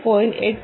7 1